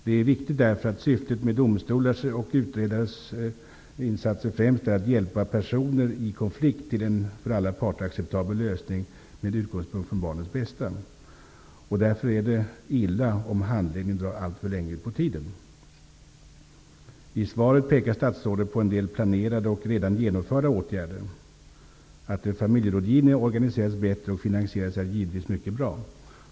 Det är viktigt att syftet med domstolars och utredares insatser främst är att hjälpa personer i konflikt till en för alla parter acceptabel lösning med utgångspunkt i barnets bästa. Därför är det illa om handläggningen drar alltför länge ut på tiden. I svaret pekar statsrådet på en del planerade och redan genomförda åtgärder. Att en familjerådgivning organiseras bättre och finansieras är givetvis mycket bra.